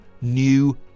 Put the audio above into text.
new